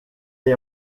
est